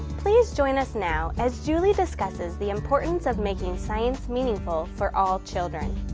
please join us now as julie discusses the importance of making science meaningful for all children.